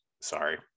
sorry